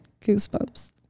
goosebumps